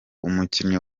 umukinnyi